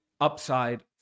upside